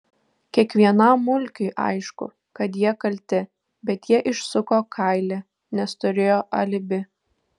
kiekvienam mulkiui aišku kad jie kalti bet jie išsuko kailį nes turėjo alibi